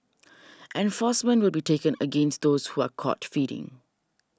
enforcement will be taken against those who are caught feeding